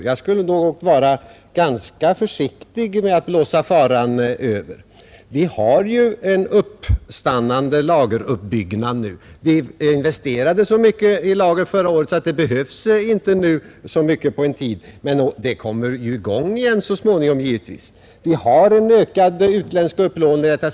Jag skulle dock vara ganska försiktig med att blåsa ”faran över”. Vi har ju en uppstannande lageruppbyggnad; det investerades så mycket i lagren förra året att det nu inte behövs särskilt mycket under en tid. Men uppbyggnaden kommer givetvis i gång igen så småningom.